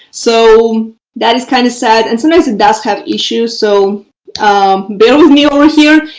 so that is kind of sad. and sometimes it does have issues. so bear with me over here,